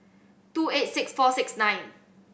two eight six four six nine